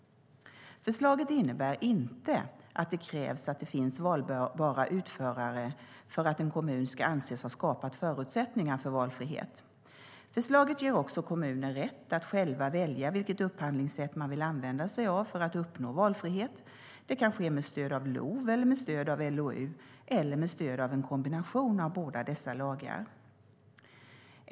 Förslaget innebär inte att det krävs att det finns valbara utförare för att en kommun ska anses ha skapat förutsättningar för valfrihet. Förslaget ger också kommunerna rätt att själva välja vilket upphandlingssätt man vill använda sig av för att uppnå valfrihet. Det kan ske med stöd av LOV, med stöd av LOU eller med stöd av en kombination av båda dessa lagar.